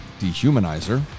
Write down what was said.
Dehumanizer